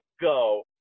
go